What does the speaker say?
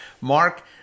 Mark